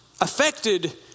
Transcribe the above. affected